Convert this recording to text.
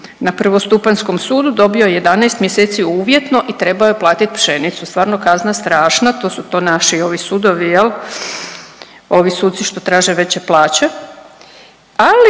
na prvostupanjskom sudu dobio je 11 mjeseci uvjetno i trebao je platiti pšenicu. Stvarno kazna strašna, to su, to naši ovi sudovi jel, ovi suci što traže veće plaće,